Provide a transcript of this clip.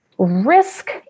risk